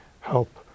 help